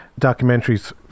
documentaries